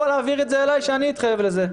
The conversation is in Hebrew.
או להעביר את זה אלי שאני אתחייב לזה.